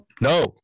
no